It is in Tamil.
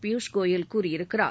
பியூஷ் கோயல் கூறியிருக்கிறார்